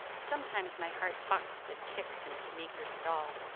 sometimes my heart bucks and kicks in its meager stall,